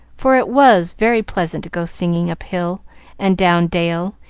for it was very pleasant to go singing, up hill and down dale,